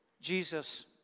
Jesus